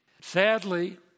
Sadly